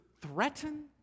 threaten